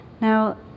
Now